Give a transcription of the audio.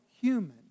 human